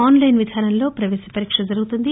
online విధానంలో పవేశ పరీక్ష జరుగుతుంది